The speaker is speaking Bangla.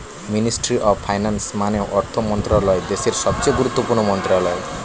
মিনিস্ট্রি অফ ফাইন্যান্স মানে অর্থ মন্ত্রণালয় দেশের সবচেয়ে গুরুত্বপূর্ণ মন্ত্রণালয়